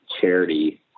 charity